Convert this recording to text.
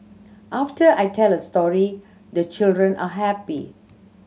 after I tell a story the children are happy